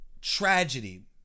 tragedy